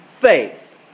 faith